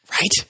Right